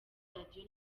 radio